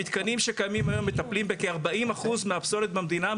המתקנים שקיימים היום מטפלים בכ-40% מהפסולת במדינה,